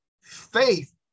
faith